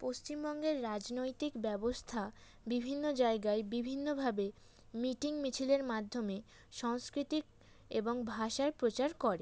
পশ্চিমবঙ্গের রাজনৈতিক ব্যবস্থা বিভিন্ন জায়গায় বিভিন্নভাবে মিটিং মিছিলের মাধ্যমে সংস্কৃতির এবং ভাষার প্রচার করে